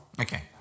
Okay